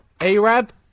Arab